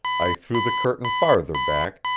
i threw the curtain farther back,